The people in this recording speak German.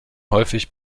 häufig